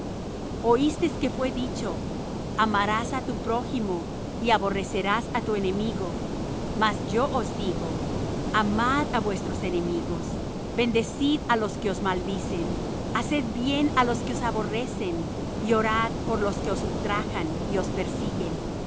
rehuses oísteis que fué dicho amarás á tu prójimo y aborrecerás á tu enemigo mas yo os digo amad á vuestros enemigos bendecid á los que os maldicen haced bien á los que os aborrecen y orad por los que os ultrajan y os persiguen